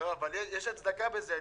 אבל אני אסביר לך, יש הצדקה לזה.